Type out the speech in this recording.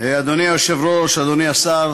אדוני היושב-ראש, אדוני השר,